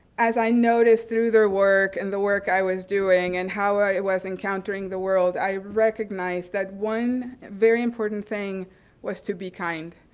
as i noticed through their work, and the work i was doing, and how i was encountering the world, i recognized that one very important thing was to be kind,